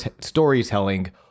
storytelling